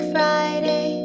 Friday